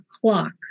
clock